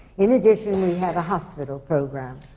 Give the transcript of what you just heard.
in addition, we have a hospital program,